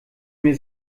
mir